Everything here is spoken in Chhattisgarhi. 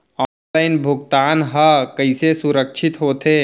ऑनलाइन भुगतान हा कइसे सुरक्षित होथे?